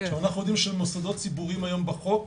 אנחנו יודעים שמוסדות ציבוריים היום בחוק,